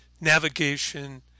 navigation